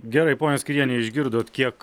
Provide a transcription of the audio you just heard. gerai ponia skyriene išgirdot kiek